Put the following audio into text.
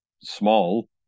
small